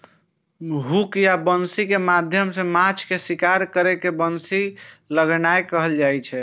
hook या बंसी के माध्यम सं माछ के शिकार करै के बंसी लगेनाय कहल जाइ छै